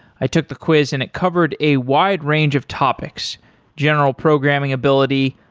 i took the quiz and it covered a wide range of topics general programming ability,